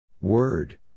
Word